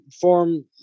form